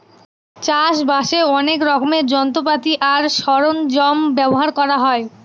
চাষ বাসে অনেক রকমের যন্ত্রপাতি আর সরঞ্জাম ব্যবহার করা হয়